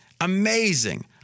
Amazing